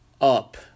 up